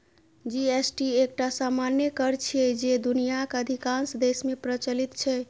GST एकटा सामान्य कर छियै, जे दुनियाक अधिकांश देश मे प्रचलित छै